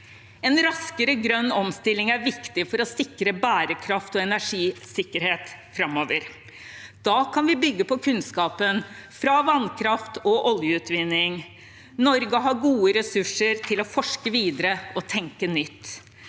En raskere grønn omstilling er viktig for å sikre bærekraft og energisikkerhet framover. Da kan vi bygge på kunnskapen fra vannkraft og oljeutvinning. Norge har gode ressurser til å forske videre og tenke nytt.